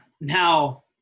now